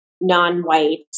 non-white